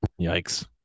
yikes